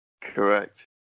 Correct